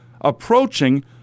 approaching